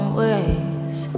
ways